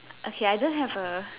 okay I don't have A